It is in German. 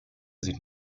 sieht